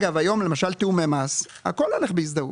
היום למשל תיאומי מס, הכול הולך בהזדהות.